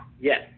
yes